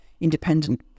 independent